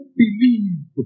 believe